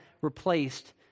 replaced